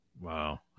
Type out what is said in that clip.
Wow